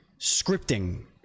scripting